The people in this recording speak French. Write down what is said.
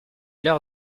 leurs